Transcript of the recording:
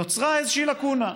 נוצרה איזושהי לקונה.